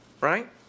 right